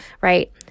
right